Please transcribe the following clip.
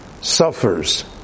suffers